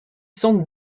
s’en